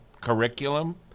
curriculum